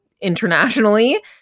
internationally